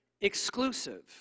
exclusive